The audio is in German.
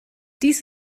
dies